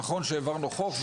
נכון שהעברנו חוק,